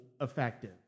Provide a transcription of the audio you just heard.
effective